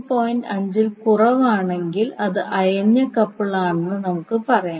5 ൽ കുറവാണെങ്കിൽ അത് അയഞ്ഞ കപ്പിൾ ആണെന്ന് നമുക്ക് പറയാം